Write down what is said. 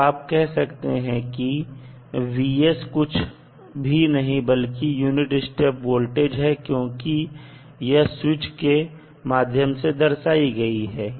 तो आप कह सकते हैं की कुछ भी नहीं बल्कि यूनिट स्टेप वोल्टेज है क्योंकि यह एक स्विच के माध्यम से दर्शाई गई है